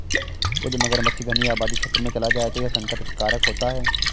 यदि मगरमच्छ घनी आबादी क्षेत्र में चला जाए तो यह संकट कारक होता है